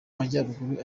majyaruguru